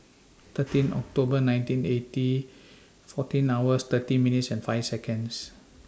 thirteen October nineteen eighty fourteen hours thirty minutes and five Seconds